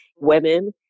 women